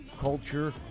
culture